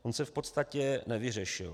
On se v podstatě nevyřešil.